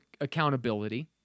accountability